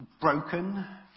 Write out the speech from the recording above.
broken